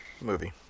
movie